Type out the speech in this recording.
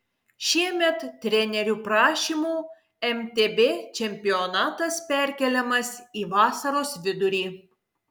šiemet trenerių prašymų mtb čempionatas perkeliamas į vasaros vidurį